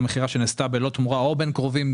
מכירה שנעשתה בלא תמורה או בין קרובים,